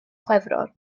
chwefror